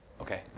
Okay